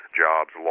jobs